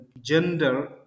gender